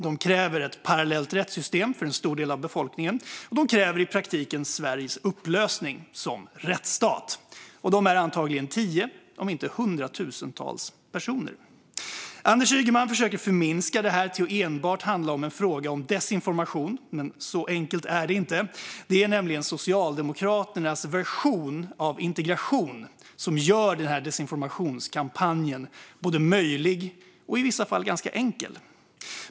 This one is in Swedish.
De kräver ett parallellt rättssystem för en stor del av befolkningen, och de kräver i praktiken Sveriges upplösning som rättsstat. De handlar om tiotusentals, kanske hundratusentals personer. Anders Ygeman försöker förminska detta till enbart en fråga om desinformation, men så enkelt är det inte. Det är nämligen Socialdemokraternas version av integration som gör desinformationskampanjen både möjlig och i vissa fall ganska enkel.